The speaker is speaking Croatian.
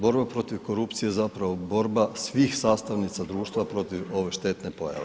Borba protiv korupcije je zapravo borba svih sastavnica društva protiv ove štetne pojave.